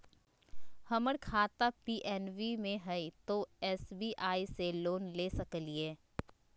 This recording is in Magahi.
हमर खाता पी.एन.बी मे हय, तो एस.बी.आई से लोन ले सकलिए?